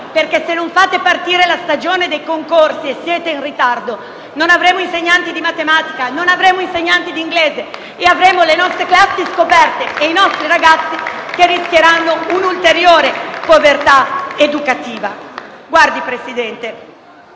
perché se non fate partire la stagione dei concorsi - e siete in ritardo - non avremo insegnanti di matematica, non avremo insegnanti di inglese, le nostre classi saranno scoperte e i nostri ragazzi rischieranno un'ulteriore povertà educativa. *(Applausi